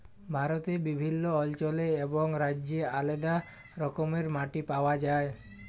ভারতে বিভিল্ল্য অল্চলে এবং রাজ্যে আলেদা রকমের মাটি পাউয়া যায়